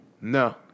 No